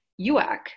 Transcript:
UAC